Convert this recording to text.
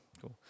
Cool